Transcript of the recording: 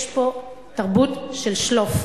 יש פה תרבות של "שלוף".